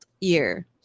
year